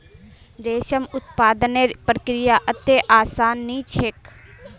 रेशम उत्पादनेर प्रक्रिया अत्ते आसान नी छेक